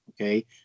okay